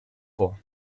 vor